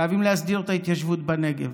חייבים להסדיר את ההתיישבות בנגב.